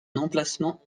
emplacement